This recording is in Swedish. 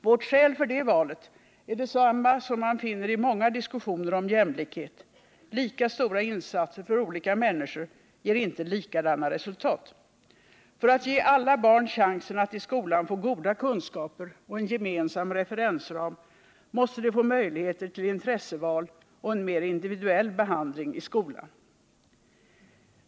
Vårt skäl för det valet är detsamma som man finner i många diskussioner om jämlikhet: Lika stora insatser för olika människor ger inte likadana resultat. För att ge alla barn chansen att i skolan få goda kunskaper och en gemensam referensram måste de få möjlighet till intresseval och en mer individuell behandling i skolan.